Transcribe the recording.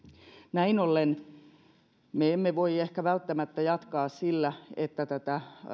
näin ollen me emme voi ehkä välttämättä jatkaa sillä että tätä